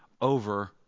over